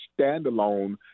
standalone